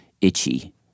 itchy